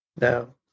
No